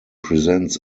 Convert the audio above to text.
presents